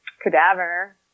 cadaver